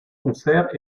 concerts